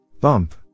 Bump